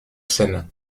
scène